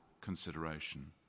consideration